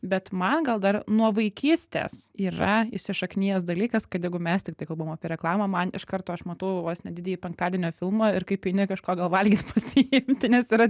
bet man gal dar nuo vaikystės yra įsišaknijęs dalykas kad jeigu mes tiktai kalbam apie reklamą man iš karto aš matau vos ne didįjį penktadienio filmą ir kaip eini kažko gal valgyt pasiimti nes yra